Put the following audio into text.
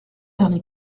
dernier